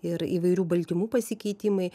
ir įvairių baltymų pasikeitimai